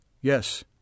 Yes